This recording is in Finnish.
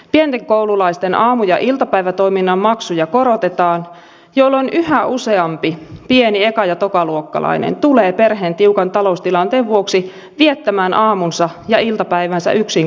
pienten koululaisten aamu ja iltapäivätoiminnan maksuja korotetaan jolloin yhä useampi pieni eka ja tokaluokkalainen tulee perheen tiukan taloustilanteen vuoksi viettämään aamunsa ja iltapäivänsä yksin kotona